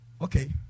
okay